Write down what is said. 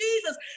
Jesus